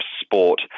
sport